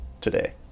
today